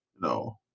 No